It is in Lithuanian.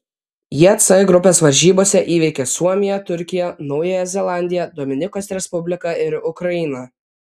jie c grupės varžybose įveikė suomiją turkiją naująją zelandiją dominikos respubliką ir ukrainą